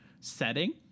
setting